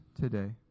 today